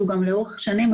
שהוא גם לאורך שנים,